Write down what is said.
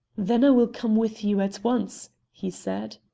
then i will come with you at once, he said.